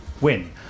win